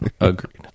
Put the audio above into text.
Agreed